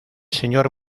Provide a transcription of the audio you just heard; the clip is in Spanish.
señor